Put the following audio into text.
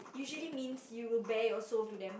usually means you will bear your soul to them